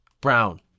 Brown